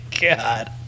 god